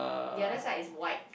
the other side is white